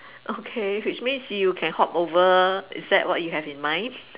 okay which means you can hop over is that what you have in mind